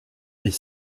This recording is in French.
est